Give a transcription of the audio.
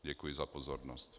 Děkuji za pozornost.